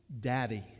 Daddy